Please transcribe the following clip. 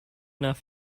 enough